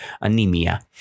Anemia